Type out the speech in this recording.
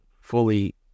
fully